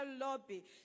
lobby